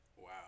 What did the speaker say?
Wow